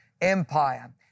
empire